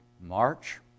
March